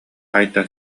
айта